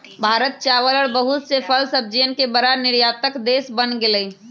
भारत चावल और बहुत से फल सब्जियन के बड़ा निर्यातक देश बन गेलय